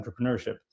entrepreneurship